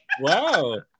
Wow